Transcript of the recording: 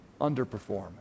underperform